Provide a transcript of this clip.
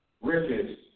riches